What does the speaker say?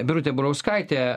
birutė burauskaitė